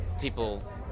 people